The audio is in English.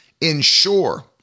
ensure